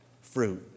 fruit